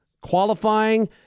qualifying